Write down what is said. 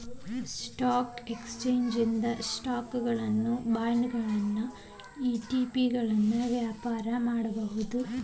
stock exchange ಇಂದ ಸ್ಟಾಕುಗಳನ್ನ ಬಾಂಡ್ಗಳನ್ನ ಇ.ಟಿ.ಪಿಗಳನ್ನ ವ್ಯಾಪಾರ ಮಾಡಬೋದು